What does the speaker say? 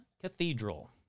Cathedral